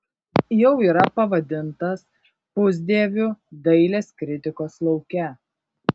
jau yra pavadintas pusdieviu dailės kritikos lauke